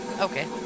okay